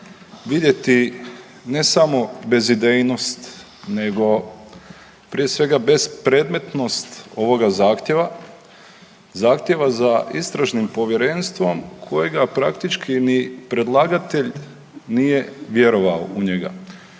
vidjeti ne samo bezidejnost, nego prije svega bespredmetnost ovoga zahtjeva, zahtjeva za Istražnim povjerenstvom kojega praktički ni predlagatelj nije vjerovao u njega.